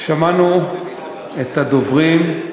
שמענו את הדוברים,